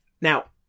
Now